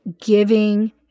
giving